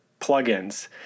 plugins